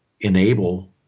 enable